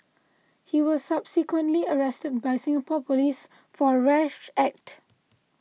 he was subsequently arrested by Singapore police for a rash act